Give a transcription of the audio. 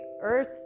earth